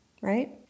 right